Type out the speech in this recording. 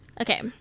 Okay